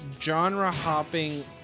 genre-hopping